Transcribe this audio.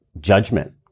judgment